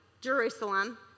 Jerusalem